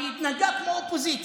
כי היא התנהגה כמו אופוזיציה.